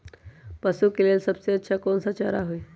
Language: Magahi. पशु के लेल सबसे अच्छा कौन सा चारा होई?